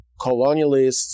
colonialists